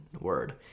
word